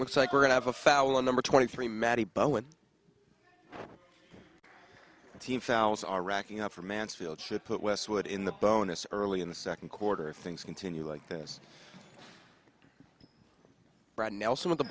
looks like we're going to have a foul on number twenty three matty bowen team fouls are racking up for mansfield should put westwood in the bonus early in the second quarter if things continue like this brian nelson of the